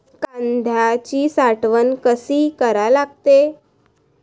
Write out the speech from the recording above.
कांद्याची साठवन कसी करा लागते?